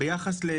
ההתייחסות.